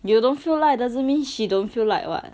you don't feel like doesn't mean she don't feel like [what]